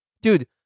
Dude